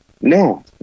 no